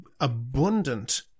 abundant